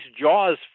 jaws